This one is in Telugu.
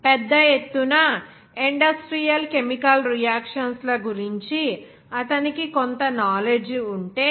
పెద్ద ఎత్తున ఇండస్ట్రియల్ కెమికల్ రియాక్షన్స్ ల గురించి అతనికి కొంత నాలెడ్జి ఉంటే